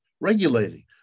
regulating